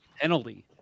penalty